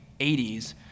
80s